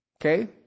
Okay